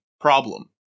problem